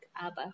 abba